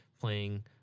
playing